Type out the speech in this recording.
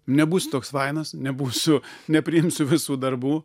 nebūsiu toks fainas nebūsiu nepriimsiu visų darbų